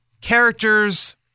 characters